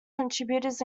contributors